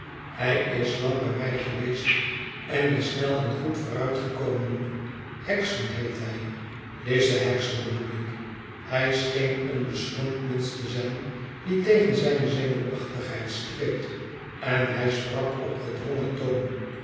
hij is lang bij mij geweest en is snel en goed vooruitgekomen hexam heet hij lize hexam bedoelik hij scheen een beschroomd mensch te zijn die tegen zijne zenuwachtigheid streed en hij sprak op gedwongen toon